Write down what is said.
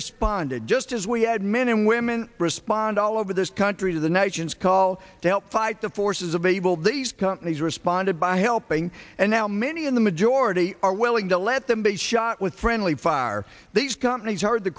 responded just as we had men and women respond all over this country to the nation's call to help fight the forces of evil these companies responded by helping and now many in the majority are willing to let them be shot with friendly fire these companies are the